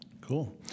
Cool